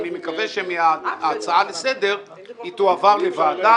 אני מקווה שמהצעה לסדר היא תועבר לוועדה